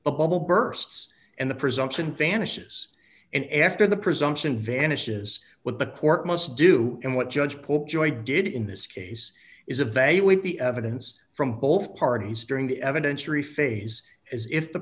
bubble bursts and the presumption vanishes and after the presumption vanishes with the court must do and what judge popejoy did in this case is evaluate the evidence from both parties during the evidence three phase as if the